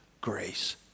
grace